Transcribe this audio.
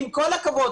עם כל הכבוד,